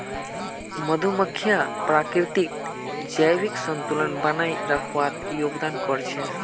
मधुमक्खियां प्रकृतित जैविक संतुलन बनइ रखवात योगदान कर छि